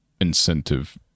incentive